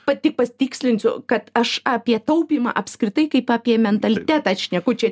pati pasitikslinsiu kad aš apie taupymą apskritai kaip apie mentalitetą šneku čia